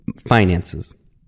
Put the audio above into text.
Finances